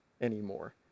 anymore